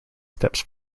steps